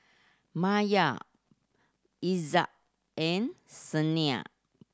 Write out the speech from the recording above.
Maya Izzat and Senin